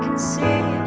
see